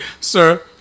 sir